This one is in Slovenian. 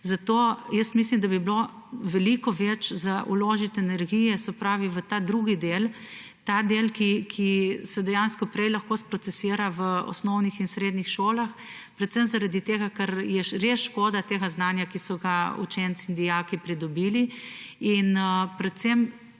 Zato mislim, da bi bilo treba vložiti veliko več energije v ta drugi del, ta del, ki se dejansko prej lahko sprocesira v osnovnih in srednjih šolah, predvsem zaradi tega, ker je res škoda tega znanja, ki so ga učenci in dijaki pridobili. Predvsem